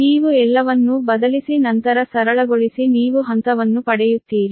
ನೀವು ಎಲ್ಲವನ್ನೂ ಬದಲಿಸಿ ನಂತರ ಸರಳಗೊಳಿಸಿ ನೀವು ಹಂತವನ್ನು ಪಡೆಯುತ್ತೀರಿ